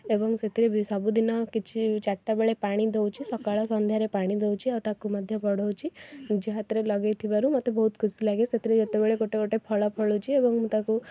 ଏବଂ ସେଥିରେ ବି ସବୁଦିନ କିଛି ଚାରଟାବେଳେ ପାଣି ଦଉଛି ସକାଳ ସନ୍ଧ୍ୟାରେ ପାଣି ଦଉଛି ଆଉ ତାକୁ ମଧ୍ୟ ବଢ଼ଉଛି ନିଜ ହାତରେ ଲଗାଇଥିବାରୁ ମୋତେ ବହୁତ ଖୁସିଲାଗେ ସେଥେରେ ଯେତେବେଳେ ଗୋଟେ ଗୋଟେ ଫଳ ଫଳୁଛି ଏବଂ ମୁଁ ତାକୁ